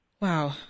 Wow